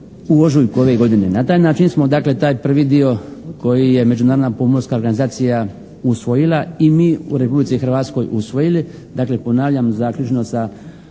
u ožujku ove godine. Na taj način smo dakle taj prvi dio koji je Međunarodna pomorska organizacija usvojila i mi u Republici Hrvatskoj usvojili,